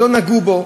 שלא נגעו בו,